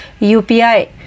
upi